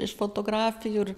iš fotografijų ir